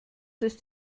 ist